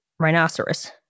Rhinoceros